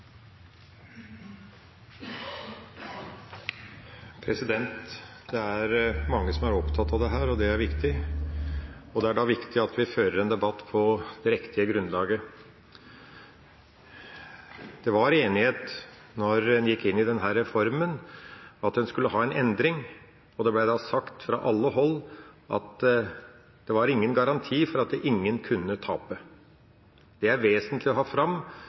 mange som er opptatt av dette. Det er viktig, og da er det viktig at vi fører en debatt på det riktige grunnlaget. Det var enighet da en gikk inn i denne reformen, om at en skulle ha en endring. Det ble da sagt fra alle hold at det var ingen garanti for at ingen kunne tape. Det er vesentlig å få fram,